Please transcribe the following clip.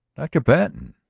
dr. patten,